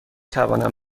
توانم